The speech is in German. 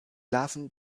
larven